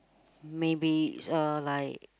maybe uh like